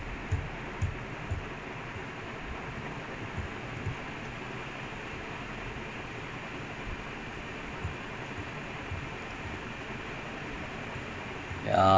ya ya ya I mean they say it's okay if you don't fully understand the requirement in this page as instructors will guide you along the way and you will get better with practice அப்படினா:apdinaa is